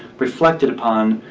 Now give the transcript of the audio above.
reflected upon,